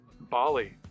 Bali